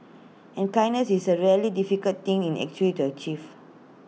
and kindness is A really difficult thing in actually to achieve